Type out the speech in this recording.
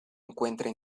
encuentra